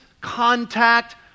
contact